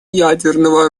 ядерного